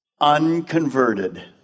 unconverted